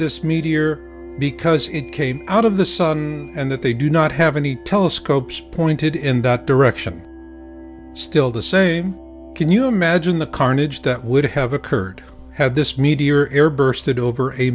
this meteor because it came out of the sun and that they do not have any telescopes pointed in that direction still the same can you imagine the carnage that would have occurred had this me